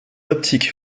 optiques